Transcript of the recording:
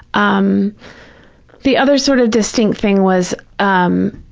um the other sort of distinct thing was, um